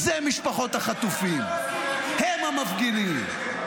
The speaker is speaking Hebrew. הם משפחות החטופים, הם המפגינים.